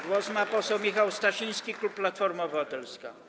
Głos ma poseł Michał Stasiński, klub Platforma Obywatelska.